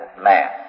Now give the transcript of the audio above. man